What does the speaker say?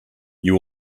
you